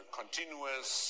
continuous